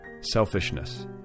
Selfishness